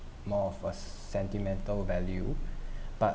more of a sentimental value but